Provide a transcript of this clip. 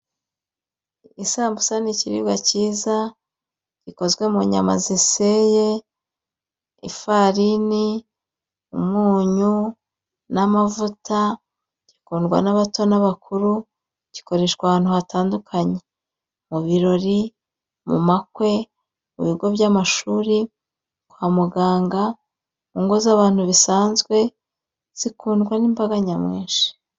Isambusa ni ikiribwa cyiza gikozwe mu nyama ziseye, ifarini, umunyu, n'amavuta ,gikundwa n'abato n'abakuru, gikoreshwa ahantu hatandukanye. Mu biriri, mu makwe, mu bigo by'amashuri, kwa muganga, mu ngo z'abantu bisanzwe, zikundwa n'imbaga nyamwinshi.